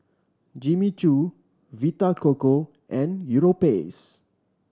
Jimmy Choo Vita Coco and Europace